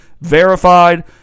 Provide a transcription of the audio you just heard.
verified